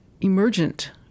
emergent